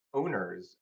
owners